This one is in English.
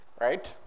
right